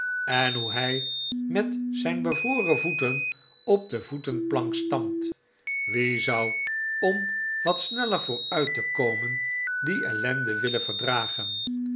en hoe hij met zijn bevroren voeten op de voetenplank stampt wie zou om wat sneller vooruit te komen die ellende willen verdragen